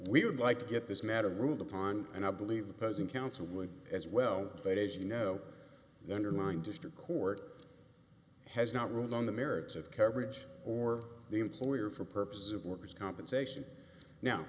we would like to get this matter ruled upon and i believe the person counseling as well but as you know the underlying district court has not ruled on the merits of coverage or the employer for purposes of workers compensation now